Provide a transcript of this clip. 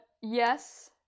yes